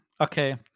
Okay